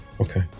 Okay